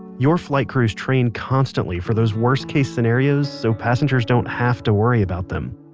your flight crews train constantly for those worst-case scenarios so passengers don't have to worry about them.